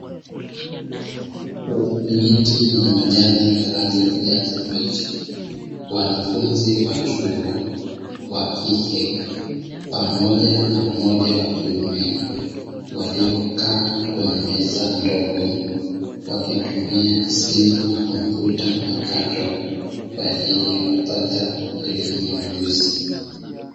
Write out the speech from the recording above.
Miti yenye majani ya rangi ya kijani kibichi, wanafunzi wa chuo wakike pamoja na mmoja wa kiume ,waliokaa kwenye meza ndogo wakitumia simu na komputa mpakato kwaajili ya kupata elimu na ujuzi .